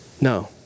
No